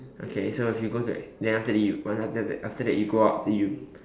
okay so if you go to like then after that you after that you go out then you